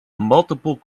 multiple